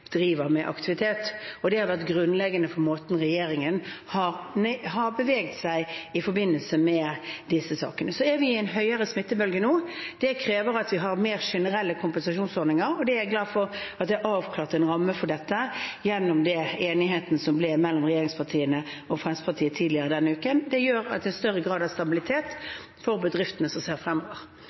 driver med aktivitet. Det har vært grunnleggende for måten regjeringen har beveget seg i forbindelse med disse sakene. Så er vi i en høyere smittebølge nå. Det krever at vi har mer generelle kompensasjonsordninger, og jeg er glad for at det er avklart en ramme for dette gjennom den enigheten som ble mellom regjeringspartiene og Fremskrittspartiet tidligere denne uken. Det gjør at det er større grad av stabilitet for bedriftene, som ser fremover.